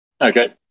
Okay